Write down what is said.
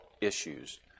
issues